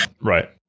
Right